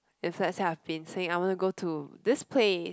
let's say I say I fancy I want to go to this place